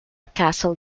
castle